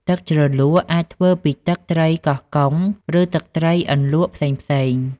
ទឹកជ្រលក់អាចធ្វើពីទឹកត្រីកោះកុង ឬទឹកត្រីអន្លក់ផ្សេងៗ។